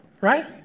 right